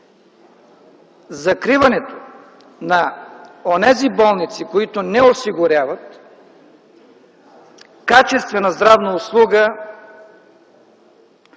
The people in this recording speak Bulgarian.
Закриването на онези болници, които не осигуряват качествена здравна услуга